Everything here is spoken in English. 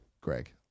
Greg